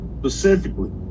Specifically